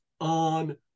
on